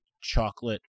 chocolate